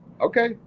okay